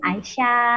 Aisha